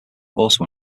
also